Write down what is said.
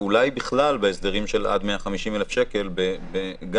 אולי בכלל בהסדרים של עד 150,000 שקל גם